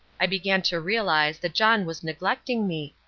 i began to realize that john was neglecting me.